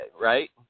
right